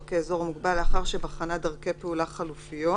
כאזור מוגבל לאחר שבחנה דרכי פעולה חלופיות